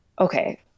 okay